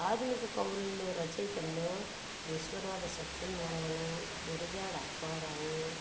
ఆధునిక కవుల్లో రచయితల్లో విశ్వనాథ సత్యనారాయణ గురుజాడ అప్పారావు